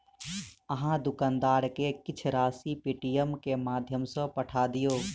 अहाँ दुकानदार के किछ राशि पेटीएमम के माध्यम सॅ पठा दियौ